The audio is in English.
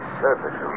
surface